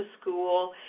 school